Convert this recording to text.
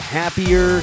happier